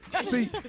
See